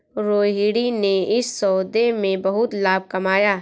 रोहिणी ने इस सौदे में बहुत लाभ कमाया